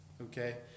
Okay